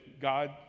God